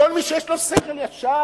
כל מי שיש לו שכל ישר,